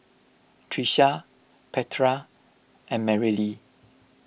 Trisha Petra and Marylee